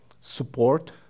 support